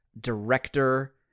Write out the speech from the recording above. director